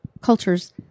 cultures